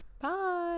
Bye